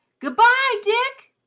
good-bye, dick!